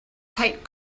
tight